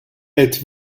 êtes